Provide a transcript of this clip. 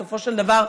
בסופו של דבר,